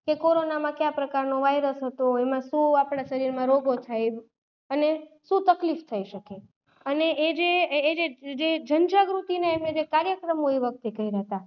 કે કોરોનામાં કયા પ્રકારનો વાયરસ હતો એમાં શું આપણાં શરીરમાં રોગો થાય અને શું તકલીફ થઈ શકે અને એ જે એ જે જે જન જાગૃતિને એમણે જે કાર્યક્રમો એ વખતે કર્યા હતા